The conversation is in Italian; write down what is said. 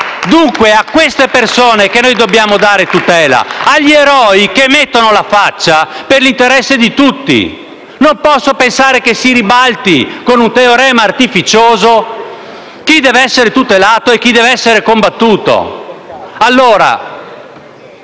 dunque a queste persone che noi dobbiamo dare tutela, agli eroi che mettono la faccia per l'interesse di tutti. Non posso pensare che si ribalti, con un teorema artificioso, il ruolo di chi deve essere tutelato con quello di chi deve essere combattuto.